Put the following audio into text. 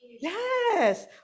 Yes